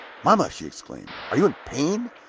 mamma! she exclaimed, are you in pain?